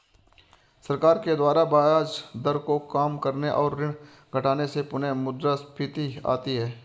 सरकार के द्वारा ब्याज दर को काम करने और ऋण घटाने से पुनःमुद्रस्फीति आती है